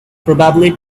probably